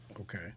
Okay